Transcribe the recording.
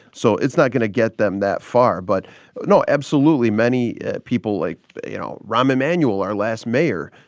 so it's not going to get them that far. but no, absolutely many people like, you know, rahm emanuel, our last mayor,